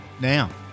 now